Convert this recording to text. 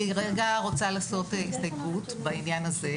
אני רגע רוצה לעשות הסתייגות בעניין הזה.